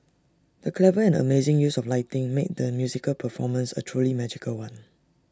the clever and amazing use of lighting made the musical performance A truly magical one